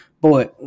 boy